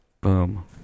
Boom